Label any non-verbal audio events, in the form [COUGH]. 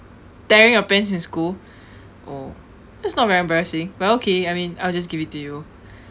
tearing your pants in school [BREATH] oh that's not very embarrassing well okay I mean I'll just give it to you